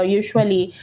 usually